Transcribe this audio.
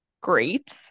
Great